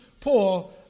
Paul